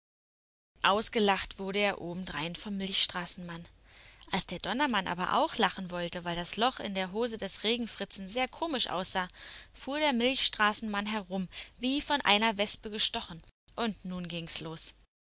ausgelacht wurde er obendrein vom milchstraßenmann als der donnermann aber auch lachen wollte weil das loch in der hose des regenfritzen sehr komisch aussah fuhr der milchstraßenmann herum wie von einer wespe gestochen und nun ging's los